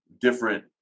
different